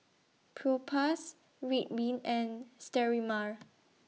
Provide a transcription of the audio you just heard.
Propass Ridwind and Sterimar